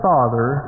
Father